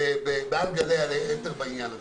מעל גלי האתר, בעניין הזה,